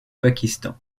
pakistan